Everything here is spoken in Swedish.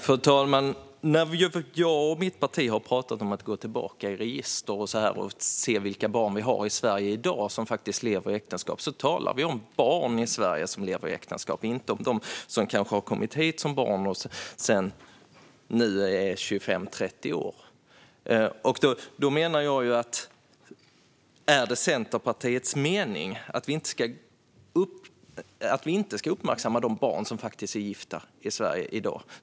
Fru talman! När jag och mitt parti har talat om att gå tillbaka i register och se vilka barn vi har i Sverige i dag som lever i äktenskap har vi talat om just barn i Sverige som lever i äktenskap, inte om dem som kom hit som barn och som nu är 25-30 år. Är det Centerpartiets mening att vi inte ska uppmärksamma de barn som är gifta i Sverige i dag?